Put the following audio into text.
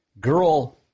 Girl